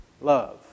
love